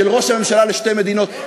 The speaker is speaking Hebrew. של ראש הממשלה לשתי מדינות.